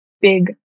big